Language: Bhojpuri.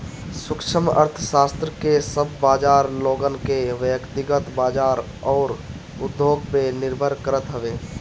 सूक्ष्म अर्थशास्त्र कअ सब बाजार लोगन के व्यकतिगत बाजार अउरी उद्योग पअ निर्भर करत हवे